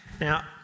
Now